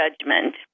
judgment